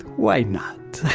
why not?